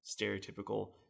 stereotypical